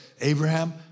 Abraham